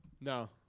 No